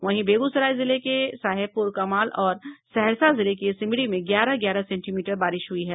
वहीं बेग्सराय जिले के साहेबप्रकमाल और सहरसा जिले के सिमरी में ग्यारह ग्यारह सेंटीमीटर बारिश हयी है